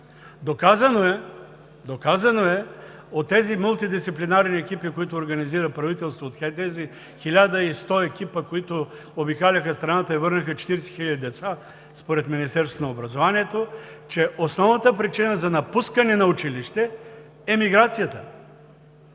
Доказано е от тези мултидисциплинарни екипи, които организира правителството, от тези хиляда и сто екипа, които обикаляха страната и върнаха 40 хиляди деца – според Министерството на образованието, че основната причина за напускане на училище е миграцията.